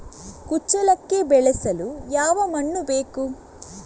ಕುಚ್ಚಲಕ್ಕಿ ಬೆಳೆಸಲು ಯಾವ ಮಣ್ಣು ಬೇಕು?